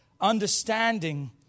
Understanding